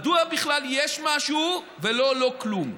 מדוע בכלל יש משהו ולא לא-כלום?